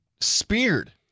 speared